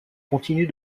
continue